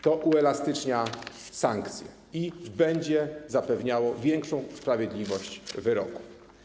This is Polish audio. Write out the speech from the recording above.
To uelastycznia sankcje i będzie zapewniało większą sprawiedliwość wyroku.